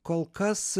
kol kas